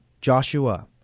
Joshua